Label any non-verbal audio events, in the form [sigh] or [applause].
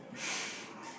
[breath]